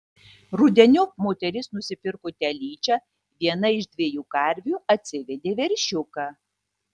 rudeniop moteris nusipirko telyčią viena iš dviejų karvių atsivedė veršiuką